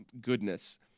goodness